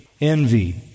envy